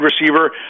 receiver